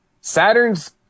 Saturn's